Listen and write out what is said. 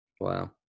Wow